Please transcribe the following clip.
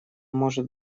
может